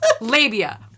labia